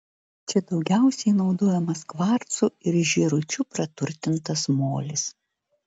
čia daugiausiai naudojamas kvarcu ir žėručiu praturtintas molis